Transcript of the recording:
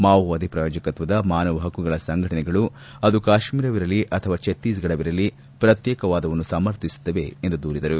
ಮಾವೋವಾದಿ ಪ್ರಾಯೋಜಕತ್ವದ ಮಾನವ ಹಕ್ಕುಗಳ ಸಂಘಟನೆಗಳು ಅದು ಕಾಶ್ಮೀರವಿರಲಿ ಅಥವಾ ಛತ್ತೀಸ್ಫಡವಿರಲಿ ಪ್ರತ್ಲೇಕವಾದವನ್ನು ಸಮರ್ಥಿಸುತ್ತದೆ ಎಂದು ದೂರಿದರು